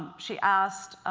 she asked